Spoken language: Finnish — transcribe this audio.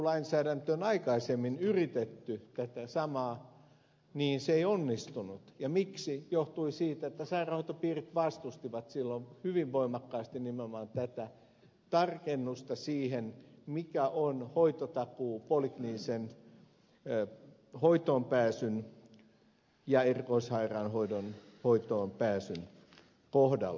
hoitotakuulainsäädäntöön on aikaisemmin yritetty tätä samaa mutta se ei ole onnistunut ja se johtui siitä että sairaanhoitopiirit vastustivat silloin hyvin voimakkaasti nimenomaan tätä tarkennusta siihen mikä on hoitotakuu polikliinisen hoitoonpääsyn ja erikoissairaanhoidon hoitoonpääsyn kohdalla